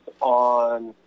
on